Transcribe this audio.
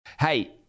Hey